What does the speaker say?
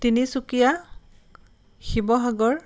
Tinsukia Sivasagar